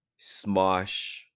Smosh